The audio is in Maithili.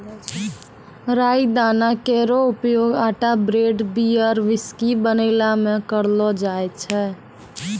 राई दाना केरो उपयोग आटा ब्रेड, बियर, व्हिस्की बनैला म करलो जाय छै